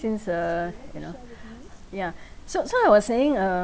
since uh you know ya so so I was saying uh